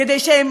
כדי שהם